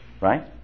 Right